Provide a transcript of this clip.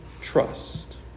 trust